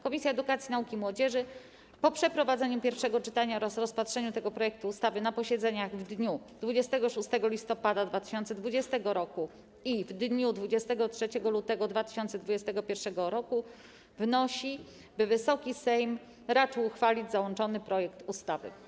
Komisja Edukacji, Nauki i Młodzieży po przeprowadzeniu pierwszego czytania oraz rozpatrzeniu tego projektu ustawy na posiedzeniach w dniu 26 listopada 2020 r. i w dniu 23 lutego 2021 r. wnosi, by Wysoki Sejm raczył uchwalić załączony projekt ustawy.